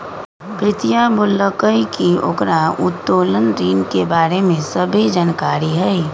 प्रीतिया बोललकई कि ओकरा उत्तोलन ऋण के बारे में सभ्भे जानकारी हई